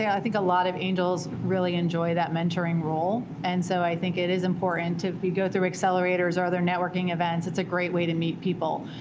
yeah i i think a lot of angels really enjoy that mentoring role. and so i think it is important to, if you go through accelerators or other networking events, it's a great way to meet people.